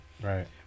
Right